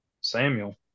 Samuel